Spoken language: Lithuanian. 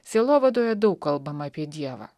sielovadoje daug kalbama apie dievą